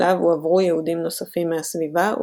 אליו הועברו יהודים נוספים מהסביבה,